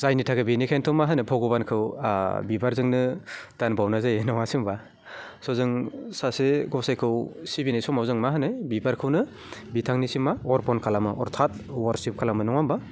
जायनि थाखाय बेनिखायनोथ' मा होनो भगबानखौ बिबारजोंनो दानबाउनाय जायो नङासै होम्बा स' जों सासे गसाइखौ सिबिनाय समाव जों मा होनो बिबारखौनो बिथांनिसिम मा अरपन खालामो अर्थाट वर्शिप खालामो नङा होम्बा